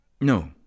No